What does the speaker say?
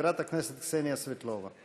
חברת הכנסת קסניה סבטלובה.